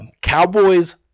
Cowboys